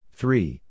Three